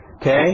Okay